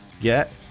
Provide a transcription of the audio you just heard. get